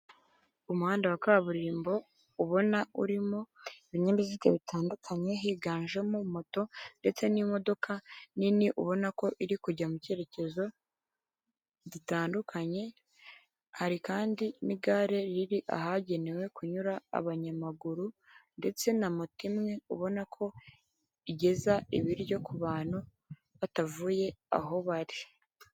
Umuhanda wa kaburimbo ubona urimo ibinyabiziga bitandukanye higanjemo moto ndetse n'imodoka nini ubona ko iri kujya mu cyerekezo bitandukanye, hari kandi n'igare riri ahagenewe kunyura abanyamaguru ndetse na moto imwe ubona ko igeza ibiryo ku bantu batavuye aho bari.